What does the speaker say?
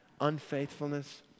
unfaithfulness